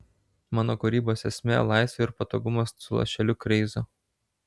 mano kūrybos esmė laisvė ir patogumas su lašeliu kreizo